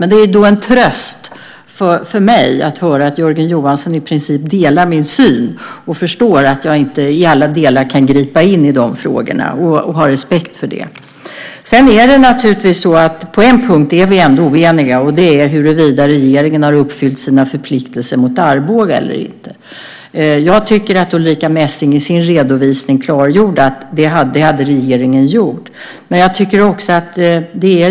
Men det är en tröst för mig att höra att Jörgen Johansson i princip delar min syn, förstår att jag inte i alla delar kan gripa in i de frågorna och har respekt för det. På en punkt är vi ändå oeniga, och det är huruvida regeringen har uppfyllt sina förpliktelser mot Arboga eller inte. Jag tycker att Ulrica Messing i sin redovisning klargjorde att regeringen hade gjort det.